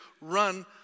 run